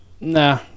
nah